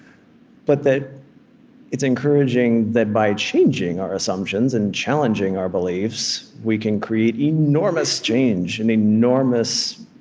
but that it's encouraging that by changing our assumptions and challenging our beliefs we can create enormous change and enormous